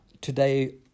Today